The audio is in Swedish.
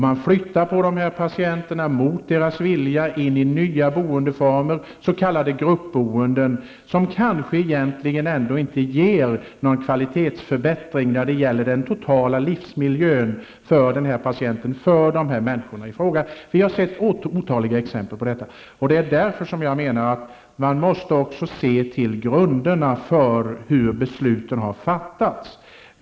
Man flyttar patienterna mot deras vilja in i nya boendeformer, s.k. gruppboende, som kanske egentligen ändå inte ger någon kvalitetsförbättring när det gäller den totala livsmiljön för patienterna. Vi har sett otaliga exempel på detta. Därför anser jag att man också måste se till grunderna för hur besluten har fattats.